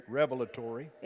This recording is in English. revelatory